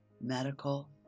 medical